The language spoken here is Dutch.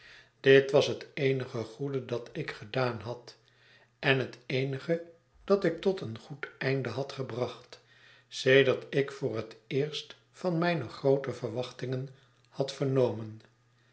dit was het eenige goede dat ik gedaan had en het eenige dat ik tot een goed einde had gebracht sedert ik voor het eerst van mijne groote verwachngen had vernomen